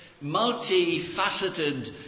multi-faceted